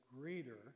greater